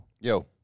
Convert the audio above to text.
Yo